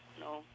No